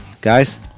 Guys